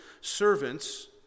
servants